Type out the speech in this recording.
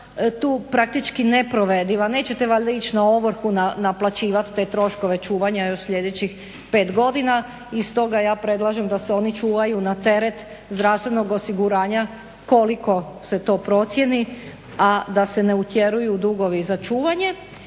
tu praktički neprovediva. Nećete valjda ići na ovrhu naplaćivati te troškove čuvanja još sljedećih 5 godina? I stoga ja predlažem da se oni čuvaju na teret zdravstvenog osiguranja koliko se to procjeni, a da se ne utjeruju dugovi za čuvanje.